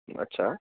અચ્છા